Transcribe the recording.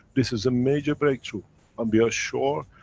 this is a major breakthrough and we are sure,